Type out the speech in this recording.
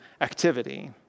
activity